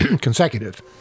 consecutive